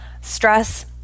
Stress